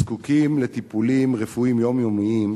הזקוקים לטיפולים רפואיים יומיומיים,